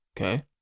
okay